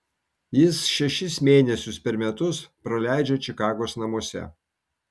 jis šešis mėnesius per metus praleidžia čikagos namuose